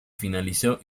finalizó